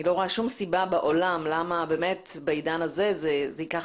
אני לא רואה שום סיבה בעולם למה בעידן הזה זה ייקח